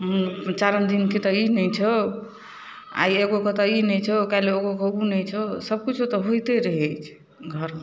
चारिम दिन कि तऽ ई नहि छौ आइ एगो कहितो ई नहि छौ काल्हि एगो ओ नहि छौ सबकिछु तऽ होइते रहै छै घरमे